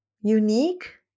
Unique